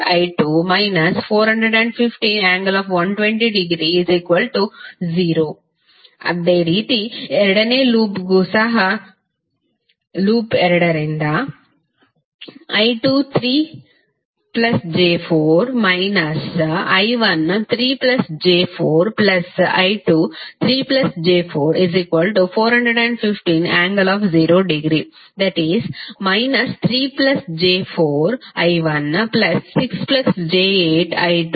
6 j8 I1 − 3 j4 I2 − 415∠120◦ 0 ಅದೇ ರೀತಿ ಎರಡನೇ ಲೂಪ್ಗೂ ಸಹ ಲೂಪ್ 2 ರಿಂದ I23 j4 − I13 j4 I23 j4 415∠0◦ i